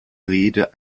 rede